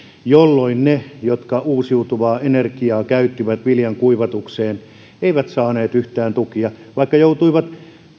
jolloin ne jotka uusiutuvaa energiaa käyttivät viljan kuivatukseen eivät saaneet yhtään tukia vaikka joutuivat